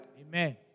Amen